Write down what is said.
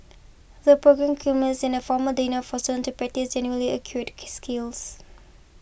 the programme culminates in a formal dinner for students to practise their newly acquired skills